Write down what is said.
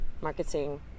marketing